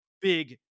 big